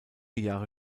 jahre